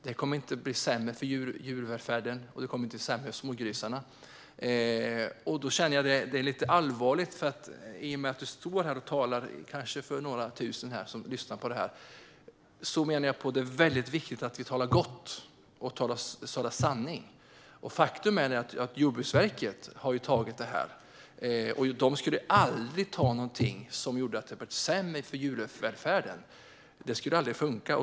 Det kommer inte att bli sämre för djurvälfärden och inte heller för smågrisarna. Det är allvarligt i och med att du talar inför kanske några tusen som lyssnar på den här debatten. Då är det väldigt viktigt att vi talar gott och att vi talar sanning. Jordbruksverket har ju antagit det här. Man skulle aldrig fatta något beslut som ledde till att det blir sämre för djurvälfärden. Det skulle aldrig funka.